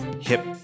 hip